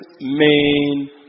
main